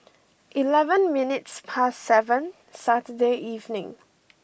eleven minutes past seven Saturday evening